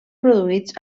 produïts